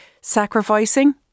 sacrificing